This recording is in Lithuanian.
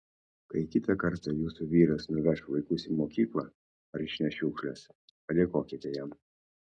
kai kitą kartą jūsų vyras nuveš vaikus į mokyklą ar išneš šiukšles padėkokite jam